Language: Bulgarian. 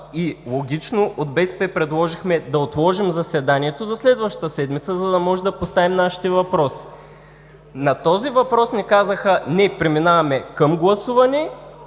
и логично от БСП предложихме да отложим заседанието за следващата седмица, за да може да поставим нашите въпроси. На този въпрос ни казаха – не, преминаваме към гласуване